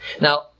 Now